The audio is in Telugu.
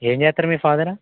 ఏం చేస్తారు మీ ఫాదరు